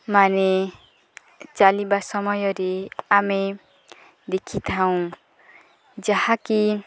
ମାନେ ଚାଲିବା ସମୟରେ ଆମେ ଦେଖିଥାଉଁ ଯାହାକି